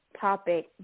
topic